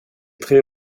très